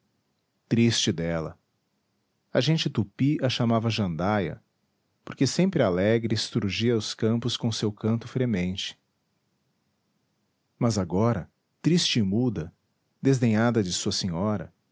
triste dela a gente tupi a chamava jandaia porque sempre alegre estrugia os campos com seu canto fremente mas agora triste e muda desdenhada de sua senhora